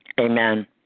amen